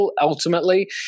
ultimately